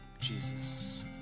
Jesus